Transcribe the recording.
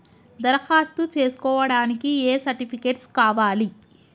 దరఖాస్తు చేస్కోవడానికి ఏ సర్టిఫికేట్స్ కావాలి?